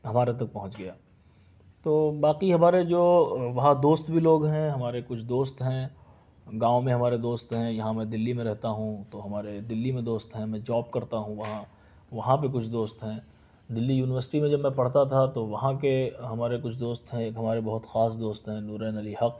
ہمارے تک پہنچ گیا تو باقی ہمارے جو وہاں دوست بھی لوگ ہیں ہمارے کچھ دوست ہیں گاؤں میں ہمارے دوست ہیں یہاں میں دلی میں رہتا ہوں تو ہمارے دلی میں دوست ہیں میں جاب کرتا ہوں وہاں وہاں پہ کچھ دوست ہیں دلی یونیورسٹی میں جب میں پڑھتا تھا تو وہاں کے ہمارے کچھ دوست ہیں ایک ہمارے بہت خاص دوست ہیں نورعین علی حق